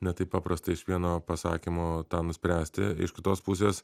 ne taip paprastai iš vieno pasakymo tą nuspręsti iš kitos pusės